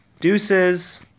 Deuces